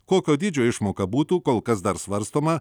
kokio dydžio išmoka būtų kol kas dar svarstoma